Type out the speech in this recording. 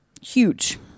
huge